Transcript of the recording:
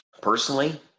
personally